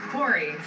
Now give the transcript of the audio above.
Corey